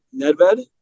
nedved